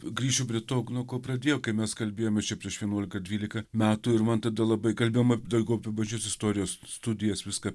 grįšiu prie to nuo ko pradėjom kai mes kalbėjom čia prieš vienuolika ar dvylika metų ir man tada labai kalbėjom daugiau apie bažnyčios istorijos studijas viską